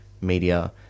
media